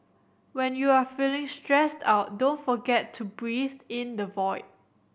when you are feeling stressed out don't forget to breathe in the void